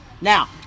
Now